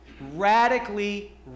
radically